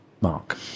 Mark